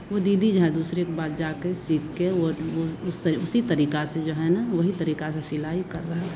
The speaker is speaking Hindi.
वो दीदी जो हैं दूसरे के बाद जाके सीख के वो वो उस तरी उसी तरीका से जो है ना वही तरीका से सिलाई कर रहे हैं